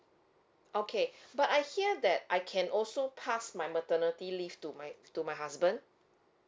okay but I hear that I can also pass my maternity leave to my to my husband